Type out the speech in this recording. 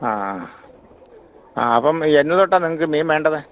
ആ ആ അപ്പം എന്ന് തൊട്ടാ നിങ്ങൾക്ക് മീൻ വേണ്ടത്